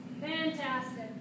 Fantastic